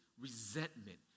resentment